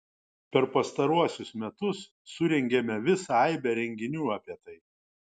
per pastaruosius metus surengėme visą aibę renginių apie tai